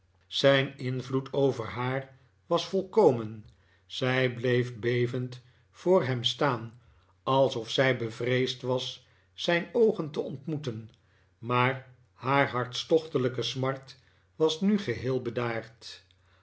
zijn invloed over haar was volkomen zij bleef bevend voor hem staan alsof zij bevreesd was zijn oogen te ontmoeten maar haar hartstochtelijke smart was nu geheel bedaard